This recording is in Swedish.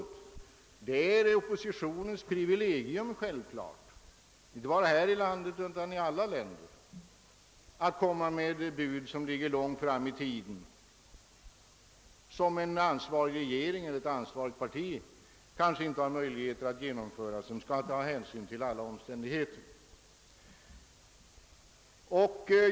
Det är självklart att det är ett oppositionens privilegium, inte bara i detta land utan även i andra länder, att komma med bud som ligger långt fram i tiden. Det är sådana bud som en ansvarig regering eller ett ansvarigt parti kanske inte har möjligheter att genomföra, eftersom de måste ta hänsyn till alla omständigheter.